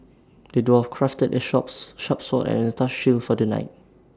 the dwarf crafted A short sharp sword and A tough shield for the knight